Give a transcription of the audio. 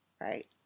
Right